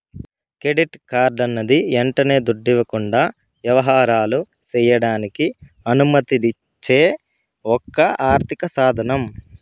credit కార్డన్నది యంటనే దుడ్డివ్వకుండా యవహారాలు సెయ్యడానికి అనుమతిచ్చే ఒక ఆర్థిక సాదనం